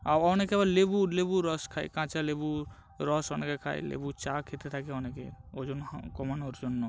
আবার অনেকে আবার লেবুর লেবুর রস খায় কাঁচা লেবু রস অনেকে খায় লেবু চা খেতে থাকে অনেকে ওজন কম কমানোর জন্য